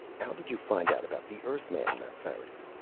how did you find out about the earthman, mapfarity?